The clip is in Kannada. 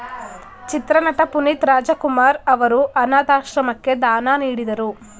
ಚಿತ್ರನಟ ಪುನೀತ್ ರಾಜಕುಮಾರ್ ಅವರು ಅನಾಥಾಶ್ರಮಕ್ಕೆ ದಾನ ನೀಡಿದರು